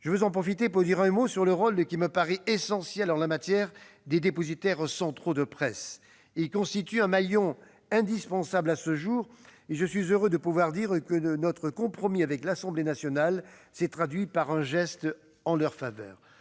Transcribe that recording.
J'en profite pour dire un mot sur le rôle, qui me paraît essentiel en la matière, des dépositaires centraux de presse. Ceux-ci constituent un maillon indispensable à ce jour, et je suis heureux de pouvoir dire que le compromis trouvé avec l'Assemblée nationale s'est traduit par un geste en leur faveur.